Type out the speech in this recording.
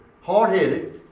hard-headed